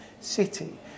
City